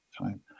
time